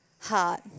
heart